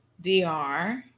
DR